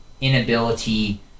inability